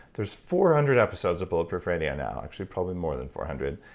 there's four hundred episodes of bulletproof radio now. actually probably more than four hundred.